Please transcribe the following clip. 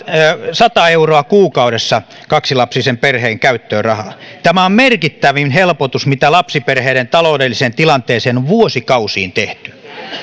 sata euroa kuukaudessa kaksilapsisen perheen käyttöön rahaa tämä on merkittävin helpotus mitä lapsiperheiden taloudelliseen tilanteeseen on vuosikausiin tehty